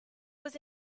was